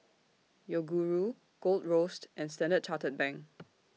Yoguru Gold Roast and Standard Chartered Bank